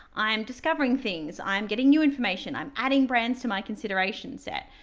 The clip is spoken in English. i'm discovering things, i'm getting new information, i'm adding brands to my consideration set.